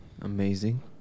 Amazing